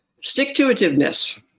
Stick-to-itiveness